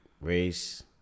race